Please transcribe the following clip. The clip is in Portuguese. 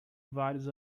vários